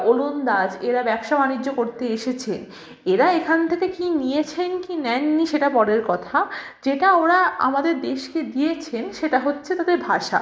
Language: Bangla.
ওলন্দাজ এরা ব্যবসা বাণিজ্য করতে এসেছে এরা এখান থেকে কী নিয়েছেন কী নেন নি সেটা পরের কথা যেটা ওরা আমাদের দেশকে দিয়েছেন সেটা হচ্চে তাদের ভাষা